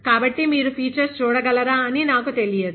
కాబట్టి మీరు ఫీచర్స్ చూడగలరా అని నాకు తెలియదు